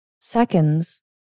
seconds